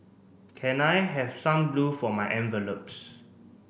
can I have some glue for my envelopes